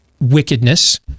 wickedness